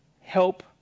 help